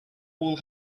will